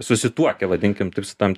susituokę vadinkim taip su tam